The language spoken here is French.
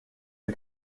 une